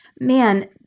Man